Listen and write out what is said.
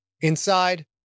Inside